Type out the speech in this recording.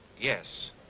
Yes